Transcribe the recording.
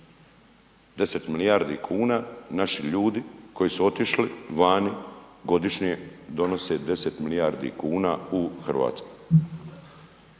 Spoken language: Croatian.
10 milijardi kuna naši ljudi koji su otišli vani godišnje donose 10 milijardi kuna u RH,